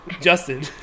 Justin